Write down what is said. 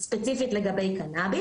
יש בקרה מאוד מאוד נרחבת